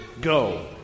go